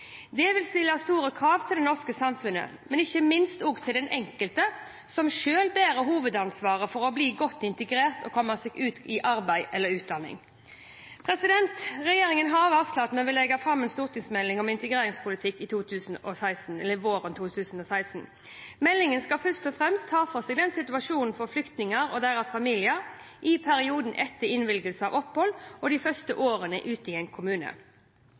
Det vil stille store krav til det norske samfunnet, men ikke minst til den enkelte som selv bærer hovedansvaret for å bli godt integrert og komme seg ut i arbeid eller utdanning. Regjeringen har varslet at vi vil legge fram en stortingsmelding om integreringspolitikk våren 2016. Meldingen skal først og fremst ta for seg situasjonen for flyktninger og deres familier i perioden etter innvilgelse av opphold og de første årene ute i en kommune.